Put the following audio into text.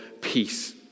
peace